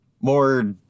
more